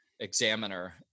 examiner